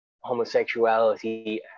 homosexuality